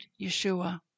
Yeshua